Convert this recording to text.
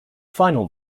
final